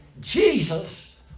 Jesus